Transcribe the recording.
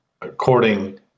according